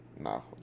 No